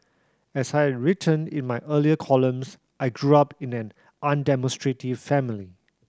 as I written in my earlier columns I grew up in an undemonstrative family